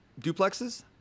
duplexes